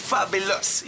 Fabulous